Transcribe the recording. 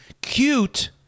Cute